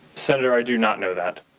senator, i do not know that.